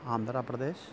Andhra Pradesh